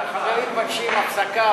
החברים מבקשים הפסקה,